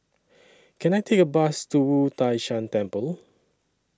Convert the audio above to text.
Can I Take A Bus to Wu Tai Shan Temple